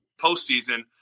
postseason